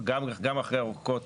גם אחרי אורכות,